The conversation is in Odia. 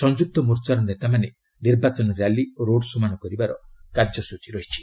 ସଂଯୁକ୍ତ ମୋର୍ଚ୍ଚାର ନେତାମାନେ ନିର୍ବାଚନ ର୍ୟାଲି ଓ ରୋଡ ଶୋ ମାନ କରିବାର କାର୍ଯ୍ୟସ୍ତଚୀ ରହିଛି